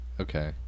okay